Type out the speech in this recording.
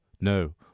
no